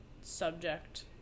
subject